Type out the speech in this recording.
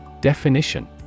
Definition